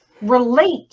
relate